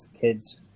kids